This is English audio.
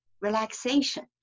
relaxation